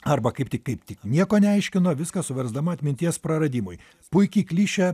arba kaip tik kaip tik nieko neaiškino viską suversdama atminties praradimui puiki klišė